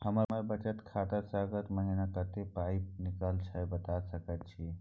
हमर बचत खाता स अगस्त महीना कत्ते पाई निकलल छै बता सके छि?